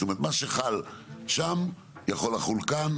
זאת אומרת מה שחל שם יכול לחול כאן,